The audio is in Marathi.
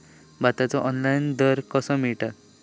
भाताचो ऑनलाइन दर कसो मिळात?